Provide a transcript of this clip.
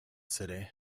city